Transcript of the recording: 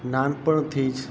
નાનપણથી જ